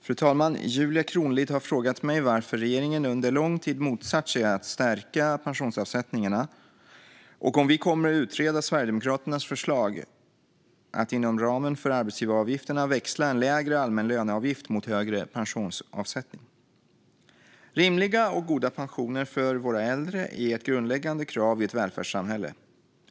Fru talman! har frågat mig varför regeringen under lång tid motsatt sig att stärka pensionsavsättningarna och om vi kommer att utreda Sverigedemokraternas förslag att inom ramen för arbetsgivaravgifterna växla en lägre allmän löneavgift mot högre pensionsavsättning. Rimliga och goda pensioner för våra äldre är ett grundläggande krav i ett välfärdssamhälle.